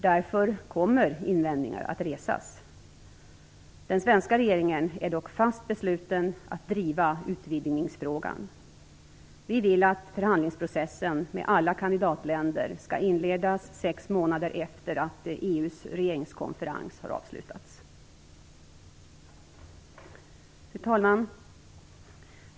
Därför kommer invändningar att resas. Den svenska regeringen är dock fast besluten att driva utvidgningsfrågan. Vi vill att förhandlingsprocessen med alla kandidatländer skall inledas sex månader efter att EU:s regeringskonferens har avslutats. Fru talman!